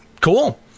Cool